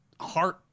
heart